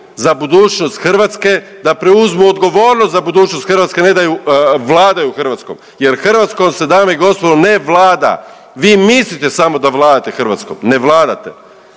za budućnost Hrvatske, da preuzmu odgovornost za budućnost Hrvatske, a ne da vladaju Hrvatskom jer Hrvatskom se dame i gospodo ne vlada, vi mislite samo da vladate Hrvatskom, ne vladate,